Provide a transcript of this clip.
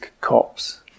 cops